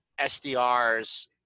SDRs